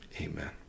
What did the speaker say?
amen